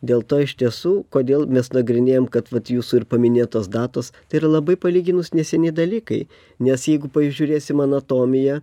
dėl to iš tiesų kodėl mes nagrinėjam kad vat jūsų paminėtos datos tai yra labai palyginus neseni dalykai nes jeigu pažiūrėsim anatomiją